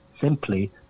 simply